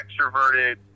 extroverted